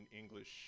English